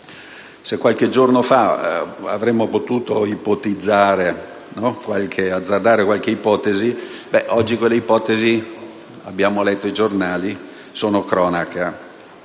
Se qualche giorno fa avremmo potuto azzardare qualche ipotesi, oggi quelle ipotesi - abbiamo letto i giornali - sono cronaca.